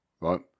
right